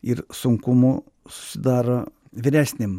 ir sunkumų susidaro vyresnėm